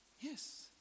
Yes